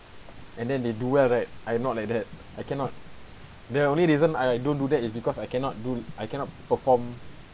and then they do well right I not like that I cannot the only reason I I don't do that is because I cannot do I cannot perform